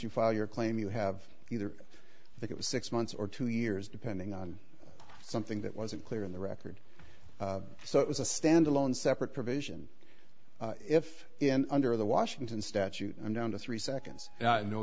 your claim you have either that it was six months or two years depending on something that wasn't clear in the record so it was a standalone separate provision if in under the washington statute i'm down to three seconds no